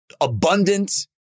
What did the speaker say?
abundant